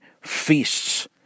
feasts